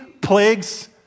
Plagues